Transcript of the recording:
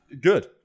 Good